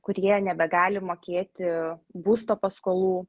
kurie nebegali mokėti būsto paskolų